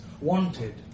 wanted